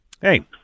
Hey